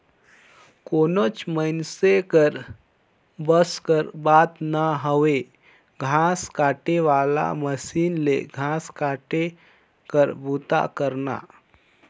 कोनोच मइनसे कर बस कर बात ना हवे घांस काटे वाला मसीन ले घांस काटे कर बूता करना